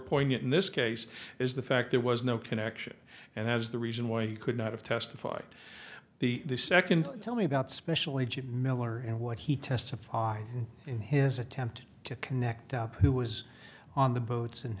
poignant in this case is the fact there was no connection and that is the reason why he could not have testified the second tell me about special agent miller and what he testified in his attempt to connect up who was on the boats and